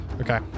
Okay